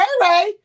Ray